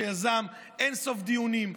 שיזם אין-ספור דיונים,